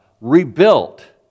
rebuilt